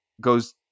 goes